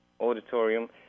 auditorium